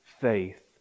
faith